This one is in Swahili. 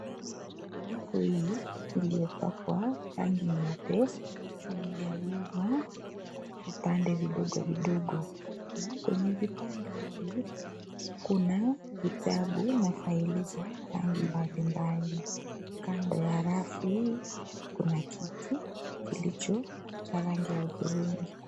Rafu hii iliyopakwa rangi nyeupe imegawiwa vipande vidogo vidogo na kwenye vipande hivi kuna vitabu na faili za rangi mbalimbali , kando ya rafu hii kuna kiti kilicho cha rangi ya hudhurungi.